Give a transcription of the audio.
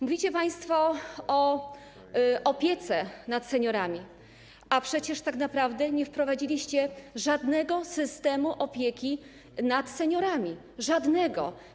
Mówicie państwo o opiece nad seniorami, a przecież tak naprawdę nie wprowadziliście żadnego systemu opieki nad seniorami - żadnego.